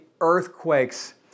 earthquakes